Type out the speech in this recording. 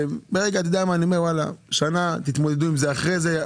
תתמודדו עם זה אחרי זה.